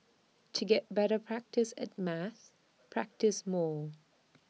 to get better practise at maths practise more